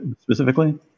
specifically